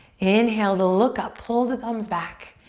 inhale to look up, pull the thumbs back.